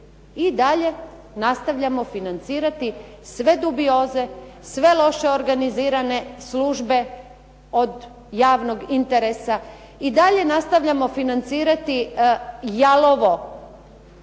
i dalje nastavljamo financirati sve dubioze, sve loše organizirane službe od javnog interesa, i dalje nastavljamo financirati jalovo